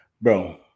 Bro